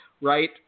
right